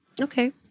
Okay